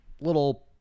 little